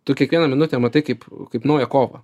tu kiekvieną minutę matai kaip kaip naują kovą